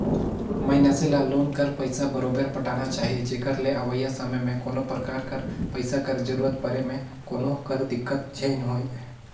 मइनसे ल लोन कर पइसा बरोबेर पटाना चाही जेकर ले अवइया समे में कोनो परकार कर पइसा कर जरूरत परे में कोनो कर दिक्कत झेइन होए